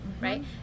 right